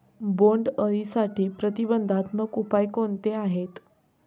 बोंडअळीसाठी प्रतिबंधात्मक उपाय कोणते आहेत?